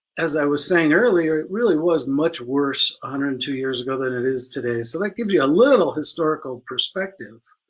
as i was saying earlier, it really was much worse one hundred and two years ago than it is today, so that gives you a little historical perspective.